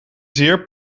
zeer